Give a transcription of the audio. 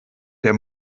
der